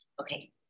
Okay